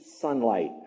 sunlight